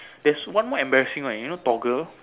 there's one more embarrassing one you know Toggle